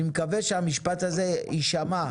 אני מקווה מאוד שהמשפט הזה יישמע,